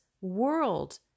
world